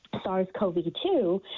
SARS-CoV-2